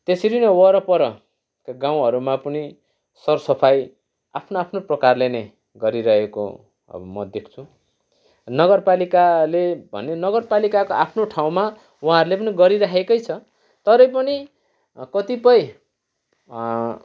त्यसरी नै वरपर गाउँहरूमा पनि सरसफाइ आफ्नो आफ्नो प्रकारले नै गरिरहेको म देख्छु नगरपालिकाले भने नगरपालिकाको आफ्नो ठाउँमा उहाँहरूले पनि गरिरहेकै छ तरै पनि कतिपय